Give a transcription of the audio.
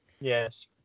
Yes